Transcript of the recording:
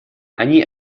они